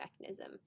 mechanism